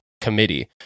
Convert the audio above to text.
committee